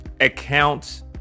accounts